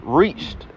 reached